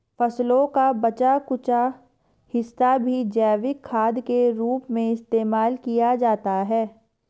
फसलों का बचा कूचा हिस्सा भी जैविक खाद के रूप में इस्तेमाल किया जाता है